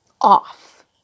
off